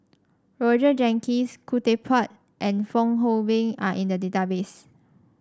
Roger Jenkins Khoo Teck Puat and Fong Hoe Beng are in the database